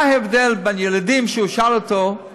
מה ההבדל בין ילדים, שהוא לא שאל אותו כלום על